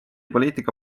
poliitika